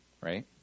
Right